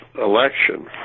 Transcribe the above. election